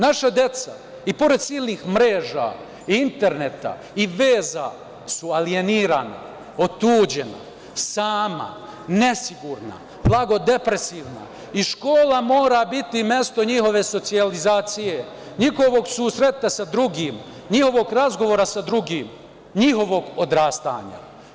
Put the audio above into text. Naša deca i pored silnih mreža, interneta i veza su alijenirana, otuđena, sama, nesigurna, blago depresivna i škola mora biti mesto njihove socijalizacije, njihovog susreta sa drugim, njihovog razgovora sa drugim, njihovog odrastanja.